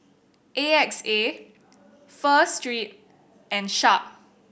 A X A Pho Street and Sharp